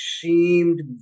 seemed